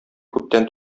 күптән